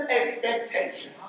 expectation